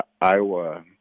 Iowa